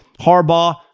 Harbaugh